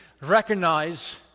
recognize